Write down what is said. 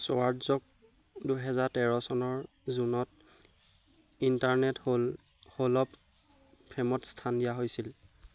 শ্বৱাৰ্টজক দুহেজাৰ তেৰ চনৰ জুনত ইণ্টাৰনেট হ'ল হ'লঅৱ ফেমত স্থান দিয়া হৈছিল